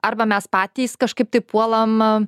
arba mes patys kažkaip taip puolam